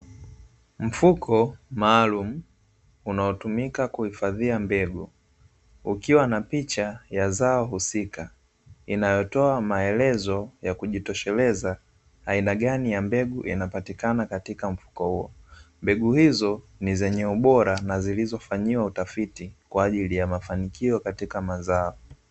Mfuko maalumu unaotumika kuhifadhia mbegu, ukiwa na picha ya zao husika inayotoa maelezo ya kujitosheleza aina gani ya mbegu inapatikana katika mfuko huo. Mbegu hizo ni zenye ubora na zilizofanyiwa utafiti kwa ajili ya mafanikio katika mazao.